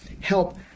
help